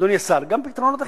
אדוני השר, גם פתרונות אחרים.